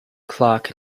clarke